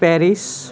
Paris